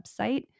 website